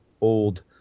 old